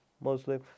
mostly